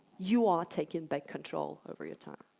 you are taking back control over your time.